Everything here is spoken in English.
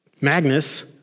Magnus